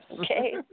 Okay